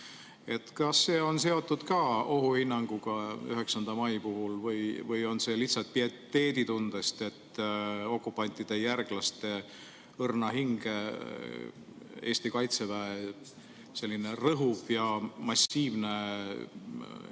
Kas see on seotud ka ohuhinnanguga 9. mai puhul või on see lihtsalt pieteeditundest? Okupantide järglaste õrna hinge võiks Eesti Kaitseväe rõhuv ja massiivne